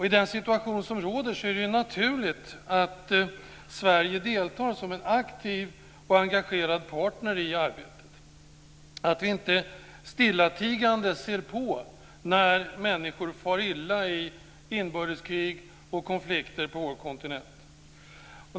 I den situation som råder är det naturligt att Sverige deltar som en aktiv och engagerad partner i det arbetet, att vi inte stillatigande ser på när människor far illa i inbördeskrig och konflikter på vår kontinent.